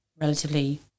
relatively